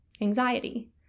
anxiety